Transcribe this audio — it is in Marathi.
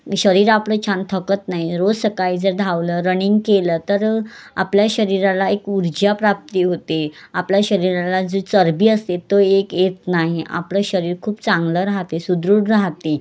शरीर आपलं छान थकत नाही रोज सकाळी जर धावलं रनिंग केलं तर आपल्या शरीराला एक ऊर्जा प्राप्ती होते आपल्या शरीराला जो चरबी असते तो एक येत नाही आपलं शरीर खूप चांगलं राहते सुदृढ राहते